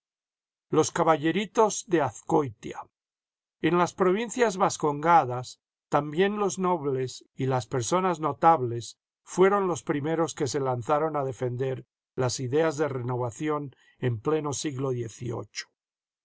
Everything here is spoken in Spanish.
los caballeritos de azcoitia en las provincias vascongadas también los nobles y las personas notables fueron los primeros que se lanzaron a defender las ideas de renovación en pleno siglo